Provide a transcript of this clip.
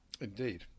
Indeed